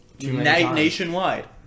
nationwide